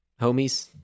homies